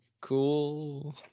cool